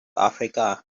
africa